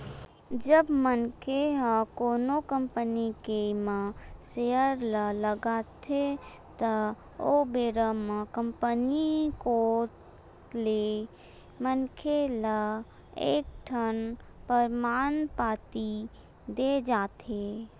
जब मनखे ह कोनो कंपनी के म सेयर ल लगाथे त ओ बेरा म कंपनी कोत ले मनखे ल एक ठन परमान पाती देय जाथे